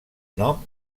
nom